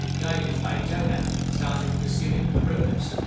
guided by jonah, started pursuing the romans.